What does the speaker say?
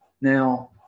Now